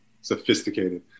sophisticated